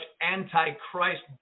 anti-Christ